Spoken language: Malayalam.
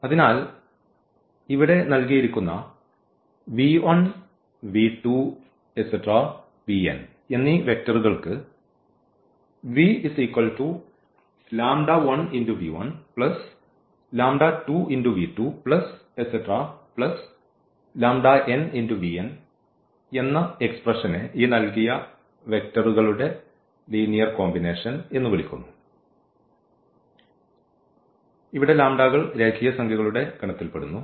അതിനാൽ ഇവിടെ നൽകിയിരിക്കുന്ന എന്നീ വെക്റ്ററുകൾക്ക് എന്ന എക്സ്പ്രഷനെ ഈ നൽകിയ വെക്റ്ററുകളുടെ ലീനിയർ കോമ്പിനേഷൻ എന്ന് വിളിക്കുന്നു ഇവിടെ കൾ രേഖീയ സംഖ്യകളുടെ ഗണത്തിൽ പെടുന്നു